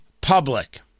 public